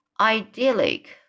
idyllic